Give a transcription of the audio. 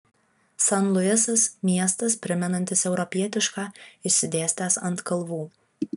san luisas miestas primenantis europietišką išsidėstęs ant kalvų